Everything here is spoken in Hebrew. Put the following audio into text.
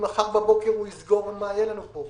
אם מחר בבוקר ארדואן יסגור, מה יהיה לנו פה?